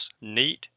neat